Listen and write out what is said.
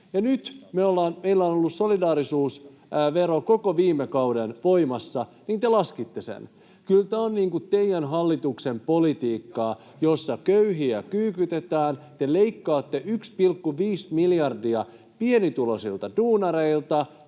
Ja nyt kun meillä on ollut solidaarisuusvero koko viime kauden voimassa, niin te laskitte sen. [Miko Bergbom: Jatkoimme sitä!] Kyllä tämä on teidän hallituksenne politiikkaa, jossa köyhiä kyykytetään. Te leikkaatte 1,5 miljardia pienituloisilta duunareilta,